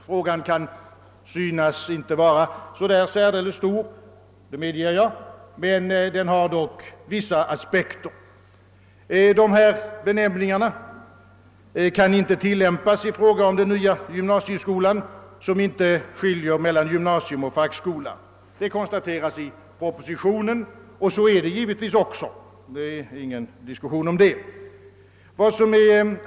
Frågan kan synas inte vara särdeles stor — det medger jag — men den har dock vissa aspekter. De här benämningarna kan inte tilllämpas i fråga om den nya gymnasiceskolan, som inte skiljer mellan gymnasium och fackskola. Det konstateras i propositionen, och så är det givetvis också; det är ingen diskussion om den saken.